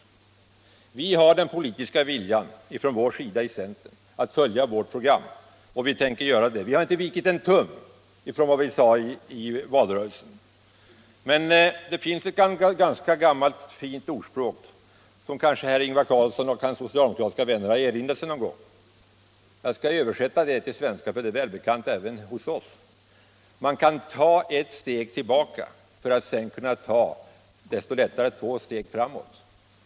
Vi i centern har den politiska viljan att följa vårt program och vi tänker göra det. Vi har inte vikit en tum från vad vi sade i valrörelsen. Det finns emellertid ett gammalt ordspråk som herr Ingvar Carlsson och hans socialdemokratiska vänner kanske har erinrat sig någon gång. Jag skall översätta det till svenska. Det är välbekant även hos oss: Man kan ta ett steg tillbaka för att sedan desto lättare kunna ta två steg framåt.